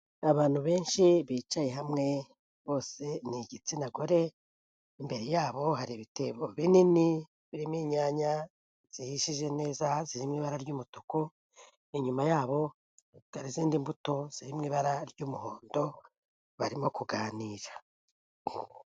Abantu benshi bicaye hamwe bose n'igitsina gore, imbere yabo hari ibyibo binini birimo inyanya zihishije neza ha zimo ibara ry'umutuku. Inyuma yabore izindi mbuto zirimo ibara ry'umuhondo barimo kuganira.